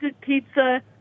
pizza